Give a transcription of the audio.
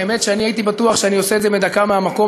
האמת שהייתי בטוח שאני עושה את זה בדקה מהמקום,